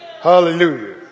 Hallelujah